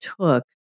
took